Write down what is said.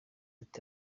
ati